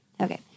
Okay